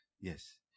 yes